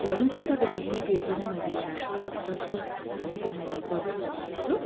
ए हुन्छ तपाईँहरूको जिपे पनि मैले यहाँ सत्र सय रुपियाँ मैले गरिदिइसकेको छु